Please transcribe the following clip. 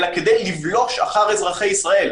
אלא כדי לבלוש אחר אזרחי ישראל.